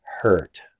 hurt